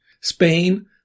Spain